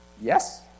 Yes